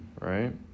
right